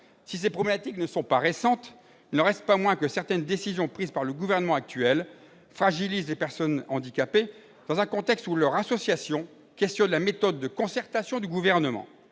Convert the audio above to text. Si ces problématiques ne sont pas récentes, il n'en reste pas moins que certaines décisions prises par le gouvernement actuel fragilisent des personnes handicapées dans un contexte où leurs associations questionnent la méthode de concertation du Gouvernement.